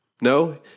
No